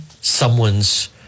someone's